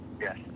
Yes